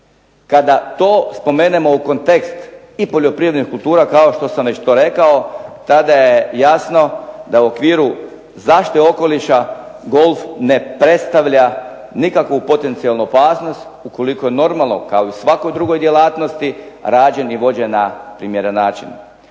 Kada to spomenemo u kontekst i poljoprivrednih kultura kao što sam već to rekao tada je jasno da u okviru zaštite okoliša golf ne predstavlja nikakvu potencijalnu opasnost ukoliko je normalno kao i u svakoj drugoj djelatnosti rađen i vođen na primjeren način.